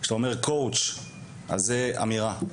זוהי אמירה.